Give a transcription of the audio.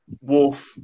Wolf